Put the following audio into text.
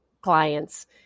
clients